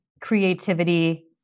creativity